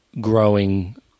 growing